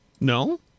No